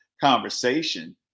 conversation